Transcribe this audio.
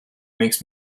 makes